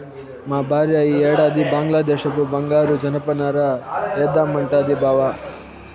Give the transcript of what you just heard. మా భార్య ఈ ఏడాది బంగ్లాదేశపు బంగారు జనపనార ఏద్దామంటాంది బావ